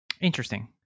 Interesting